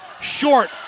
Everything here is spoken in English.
Short